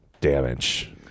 damage